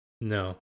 No